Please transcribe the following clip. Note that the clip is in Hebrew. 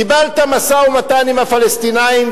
קיבלת משא-ומתן עם הפלסטינים.